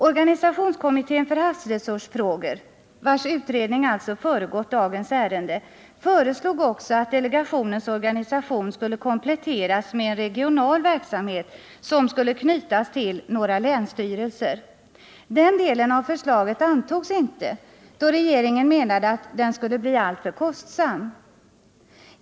Organisationskommittén för havsresursfrågor, vars utredning föregått dagens ärende, föreslog också att delegationens organisation skulle kompletteras med en regional verksamhet, som skulle knytas till några länsstyrelser. Den delen av förslaget antogs dock inte, då regeringen menade att den skulle bli alltför kostsam.